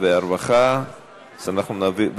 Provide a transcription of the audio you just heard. לוועדת העבודה, הרווחה והבריאות.